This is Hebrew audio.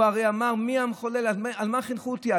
הוא הרי אמר: מי המחולל, על מה חינכו אותי?